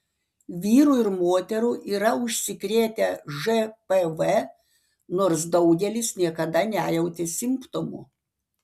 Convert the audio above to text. vyrų ir moterų yra užsikrėtę žpv nors daugelis niekada nejautė simptomų